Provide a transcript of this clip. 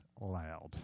loud